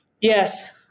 Yes